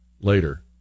later